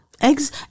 Eggs